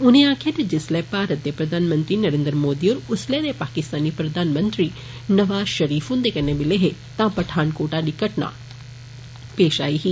उनें आक्खेओ जे जिसले भारत दे प्रधानमंत्री नरेन्द्र मोदी होर उसले दे पाकिस्तानी प्रधानमंत्री नवाज षरीफ हुन्दे कन्नै मिले हे तां पठानकोट आली घटना पेष आई ही